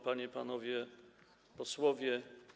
Panie i Panowie Posłowie!